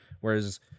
whereas